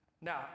Now